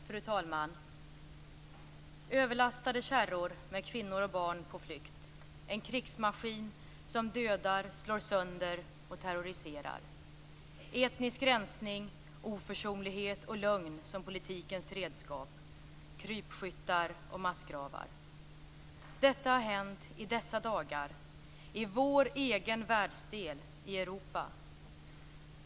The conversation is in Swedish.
Fru talman! Överlastade kärror med kvinnor och barn på flykt. En krigsmaskin som dödar, slår sönder och terroriserar. Etnisk rensning, oförsonlighet och lögn som politikens redskap. Krypskyttar och massgravar. Detta har hänt i dessa dagar i vår egen världsdel, i Europa.